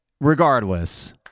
regardless